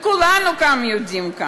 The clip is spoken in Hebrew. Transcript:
וכולנו גם יודעים,